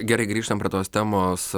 gerai grįžtam prie tos temos